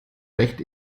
recht